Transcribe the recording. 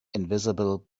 invisible